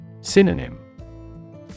Synonym